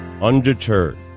Undeterred